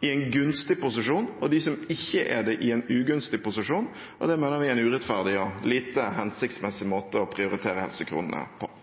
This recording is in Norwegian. i en gunstig posisjon, og de som ikke er det, i en ugunstig posisjon, og det mener vi er en urettferdig og lite hensiktsmessig måte å prioritere helsekronene på.